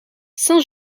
saint